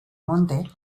monte